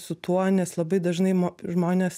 su tuo nes labai dažnai žmonės